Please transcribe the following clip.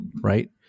Right